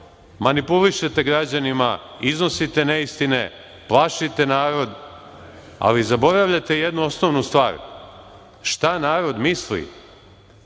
Srbija. Manipulišete građanima, iznosite neistine, plašite narod, ali zaboravljate jednu osnovnu stvar – šta narod misli